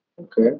Okay